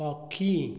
ପକ୍ଷୀ